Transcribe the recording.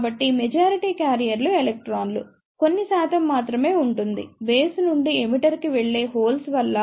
కాబట్టి మెజారిటీ క్యారియర్లు ఎలక్ట్రాన్లు కొన్ని శాతం మాత్రమే ఉంటుంది బేస్ నుండి ఎమిటర్ కి వెళ్ళే హోల్స్ వల్ల 0